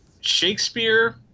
Shakespeare